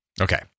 Okay